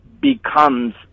becomes